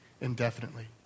indefinitely